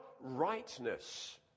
rightness